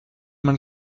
man